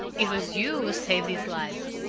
it was you who saved his life.